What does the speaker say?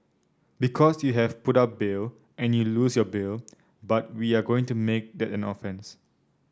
because you have put up bail and you lose your bail but we are going to make that an offence